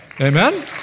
Amen